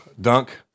Dunk